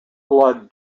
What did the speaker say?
blood